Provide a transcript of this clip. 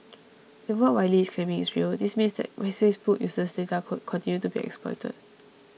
if what Wylie is claiming is real this means that Facebook's user data could continue to be exploited